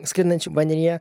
sklindančių vandenyje